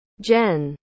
Jen